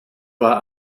war